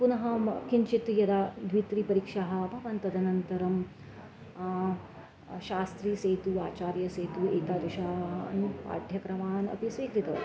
पुनः म किञ्चित् यदा द्वित्रिपरीक्षाः अभवन् तदनन्तरं शास्त्रीसेतुः आचार्यसेतुः एतादृशान् पाठ्यक्रमान् अपि स्वीकृतवती